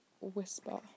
whisper